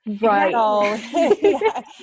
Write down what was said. Right